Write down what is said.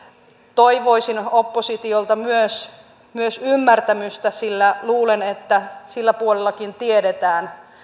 toivoisin oppositiolta myös myös ymmärtämystä sillä luulen että silläkin puolella tiedetään